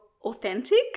authentic